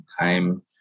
time